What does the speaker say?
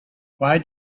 why